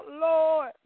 Lord